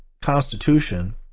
Constitution